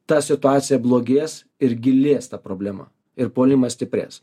ta situacija blogės ir gilės ta problema ir puolimas stiprės